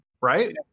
right